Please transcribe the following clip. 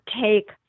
take